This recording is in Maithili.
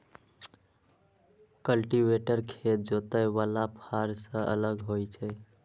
कल्टीवेटर खेत जोतय बला फाड़ सं अलग होइ छै